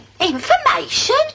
Information